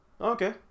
okay